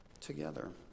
together